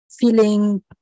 feeling